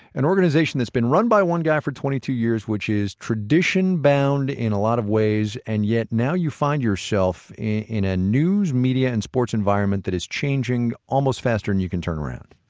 an organization that's been run by one guy for twenty two years, which is tradition-bound in a lot of ways, and yet now you find yourself in a news media and sports environment that is changing almost faster than and you can turn around?